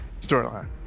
storyline